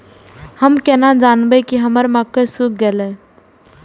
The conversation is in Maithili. हम केना जानबे की हमर मक्के सुख गले?